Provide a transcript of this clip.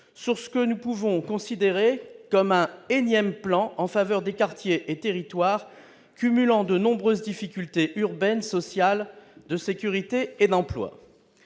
sur ce que nous pouvons considérer comme un énième plan en faveur des quartiers et territoires cumulant de nombreuses difficultés urbaines, sociales, de sécurité et l'emploi,